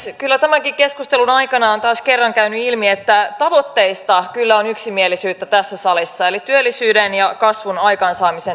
tämänkin keskustelun aikana on taas kerran käynyt ilmi että tavoitteista kyllä on yksimielisyyttä tässä salissa eli työllisyyden ja kasvun aikaansaamisen tärkeydestä